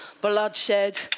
bloodshed